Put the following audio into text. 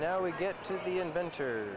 now we get to the inventor